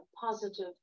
positive